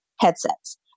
headsets